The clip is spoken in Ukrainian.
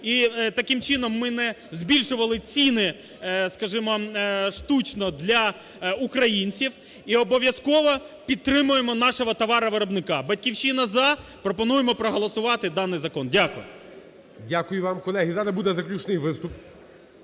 і таким чином ми не збільшували ціни, скажімо, штучно для українців і обов'язково підтримаємо нашого товаровиробника. "Батьківщина" – за, пропонуємо проголосувати даний закон. Дякую. ГОЛОВУЮЧИЙ. Дякую вам. Колеги, зараз буде заключний виступ.